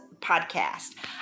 podcast